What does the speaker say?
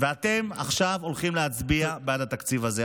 ואתם עכשיו הולכים להצביע בעד התקציב הזה.